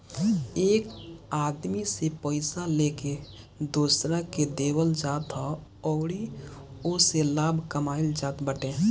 एक आदमी से पइया लेके दोसरा के देवल जात ह अउरी ओसे लाभ कमाइल जात बाटे